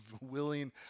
willing